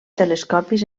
telescopis